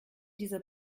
dieser